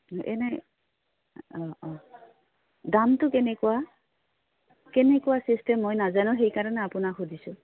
এনেই অঁ অঁ দামটো কেনেকুৱা কেনেকুৱা চিষ্টেম মই নাজানো সেইকাৰণে আপোনাক সুধিছোঁ